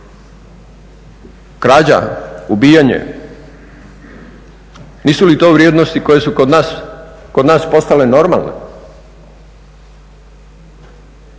Krađa, ubijanje, nisu li to vrijednosti koje su kod nas postale normalne